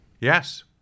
Yes